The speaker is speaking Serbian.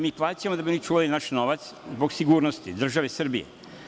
Mi plaćamo da bi one čuvale naš novac, zbog sigurnosti države Srbije.